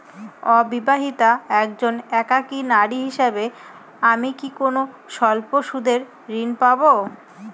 অবিবাহিতা একজন একাকী নারী হিসেবে আমি কি কোনো স্বল্প সুদের ঋণ পাব?